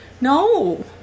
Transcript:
No